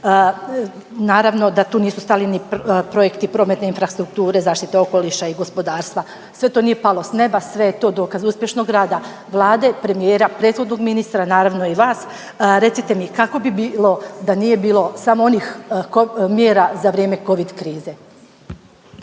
Naravno da tu nisu stali ni projekti infrastrukture, zaštite okoliša i gospodarstva. Sve to nije palo s neba, sve je to dokaz uspješnog rada Vlade, premijera, prethodnog ministra naravno i vas. Recite mi kako bi bilo da nije bilo samo onih mjera za vrijeme Covid krize.